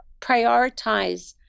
prioritize